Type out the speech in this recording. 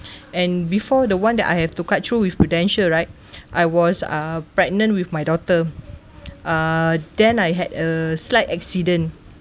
and before the one that I have to cut through with Prudential right I was uh pregnant with my daughter uh then I had a slight accident